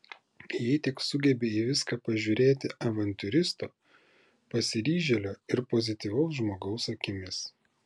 jei tik sugebi į viską pažiūrėti avantiūristo pasiryžėlio ir pozityvaus žmogaus akimis